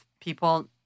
people